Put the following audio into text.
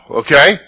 okay